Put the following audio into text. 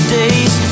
days